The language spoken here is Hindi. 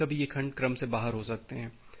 और कभी कभी ये खंड क्रम से बाहर हो सकते हैं